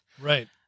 Right